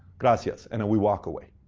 gracias. and then we walk way.